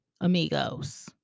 amigos